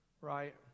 Right